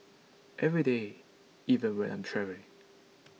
every day even when I'm travelling